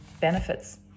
benefits